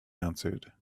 answered